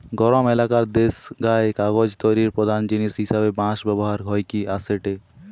গরম এলাকার দেশগায় কাগজ তৈরির প্রধান জিনিস হিসাবে বাঁশ ব্যবহার হইকি আসেটে